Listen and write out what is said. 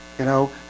you know,